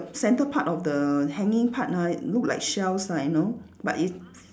centre part of the hanging part ah look like shells lah you know but it's